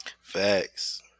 Facts